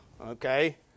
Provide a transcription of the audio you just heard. Okay